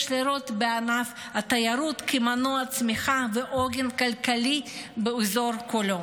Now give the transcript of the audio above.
יש לראות בענף התיירות מנוע צמיחה ועוגן כלכלי באזור כולו.